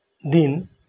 ᱫᱤᱱ